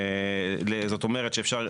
זאת אומרת שאפשר,